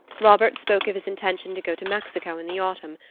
robert spoke of his intention to go to mexico in the autumn,